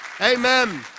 Amen